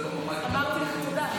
אמרתי לך תודה,